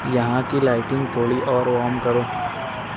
یہاں کی لائٹنگ تھوڑی اور وام کرو